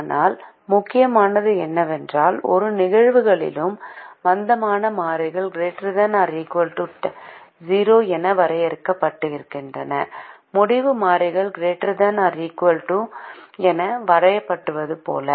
ஆனால் முக்கியமானது என்னவென்றால் இரு நிகழ்வுகளிலும் மந்தமான மாறிகள் ≥ 0 என வரையறுக்கப்படுகின்றன முடிவு மாறிகள் ≥ 0 என வரையறுக்கப்படுவது போல